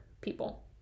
people